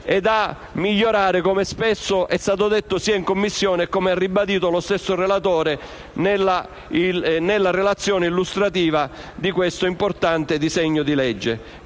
da migliorare, come spesso è stato detto in Commissione e ribadito dal relatore nella relazione illustrativa dell'importante disegno di legge